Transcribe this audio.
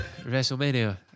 WrestleMania